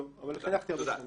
לא, אבל חינכתי הרבה שנים.